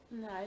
No